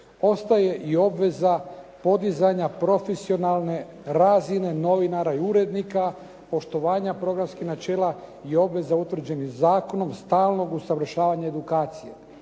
ostaje i obveza podizanja profesionalne razine novinara i urednika, poštovanja programskih načela i obveza utvrđenih zakonom, stalnog usavršavanja i edukacije.